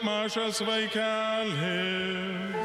mažas vaikeli